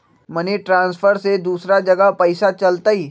Money transfer से दूसरा जगह पईसा चलतई?